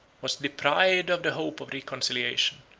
was deprived of the hope of reconciliation,